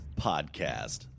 podcast